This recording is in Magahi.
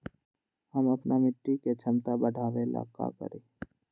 हम अपना मिट्टी के झमता बढ़ाबे ला का करी?